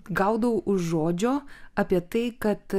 gaudau už žodžio apie tai kad